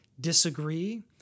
disagree